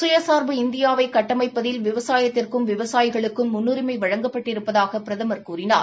சுயசா்பு இந்தியாவை கட்டமைப்பதில் விவசாயத்திற்கும் விவசாயிகளுக்கும் முன்னுரிமை வழங்கப்பட்டிருப்பதாக பிரதமர் கூறினார்